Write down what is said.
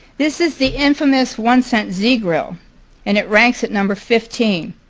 this is the infamous one-cent z grill and it ranks at number fifteen.